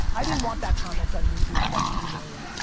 i didn't want that comment on youtube about the three million,